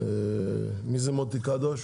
מי זה מוטי קדוש?